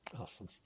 Awesome